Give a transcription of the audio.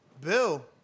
Bill